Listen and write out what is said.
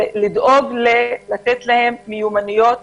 לתת להם מיומנויות